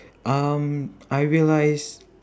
um I realised